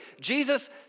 Jesus